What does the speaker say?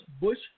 Bush